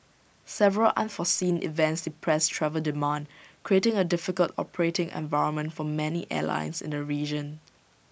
several unforeseen events depressed travel demand creating A difficult operating environment for many airlines in the region